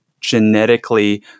genetically